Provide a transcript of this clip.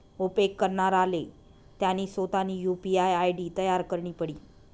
उपेग करणाराले त्यानी सोतानी यु.पी.आय आय.डी तयार करणी पडी